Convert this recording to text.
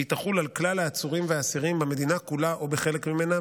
והיא תחול על כלל העצורים והאסירים במדינה כולה או בחלק ממנה,